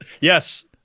Yes